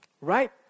Right